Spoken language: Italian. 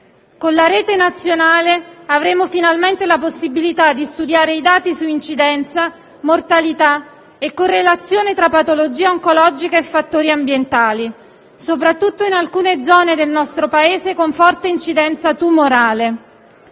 Con la Rete nazionale avremo finalmente la possibilità di studiare i dati su incidenza, mortalità e correlazione tra patologie oncologiche e fattori ambientali, soprattutto in alcune zone del nostro Paese con forte incidenza tumorale.